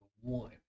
one